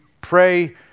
pray